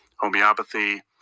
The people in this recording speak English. homeopathy